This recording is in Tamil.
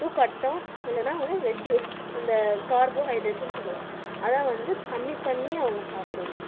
டு கட் டவுன் இல்லைன்னா வந்து ரெடியூஸ் அந்த கார்போஹைட்ரேட்னு சொல்வோம் அதை வந்து கம்மி பண்ணி அவங்க சாப்பிடணும்